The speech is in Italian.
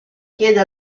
chiede